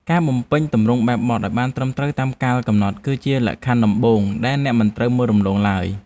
ការបំពេញទម្រង់បែបបទឱ្យបានត្រឹមត្រូវតាមកាលកំណត់គឺជាលក្ខខណ្ឌដំបូងដែលអ្នកមិនត្រូវមើលរំលងឡើយ។